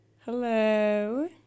Hello